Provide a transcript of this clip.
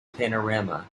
panorama